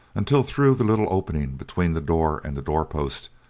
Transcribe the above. until through the little opening between the door and the door-post,